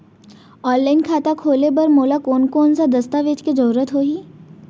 Online खाता खोले बर मोला कोन कोन स दस्तावेज के जरूरत होही?